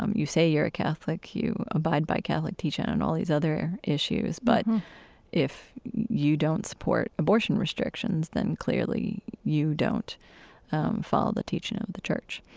um you say you're a catholic. you abide by catholic teaching on all these other issues, but if you don't support abortion restrictions, then clearly you don't follow the teaching of the church.